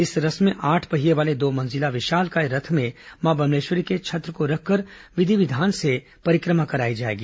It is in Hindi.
इस रस्म में आठ पहिये वाले दो मंजिला विशालकाय रथ में मां दंतेश्वरी के छत्र को रखकर विधि विधान से परिक्रमा कराई जाती है